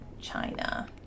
China